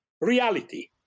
reality